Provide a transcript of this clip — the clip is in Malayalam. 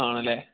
ആണ് അല്ലേ